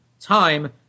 time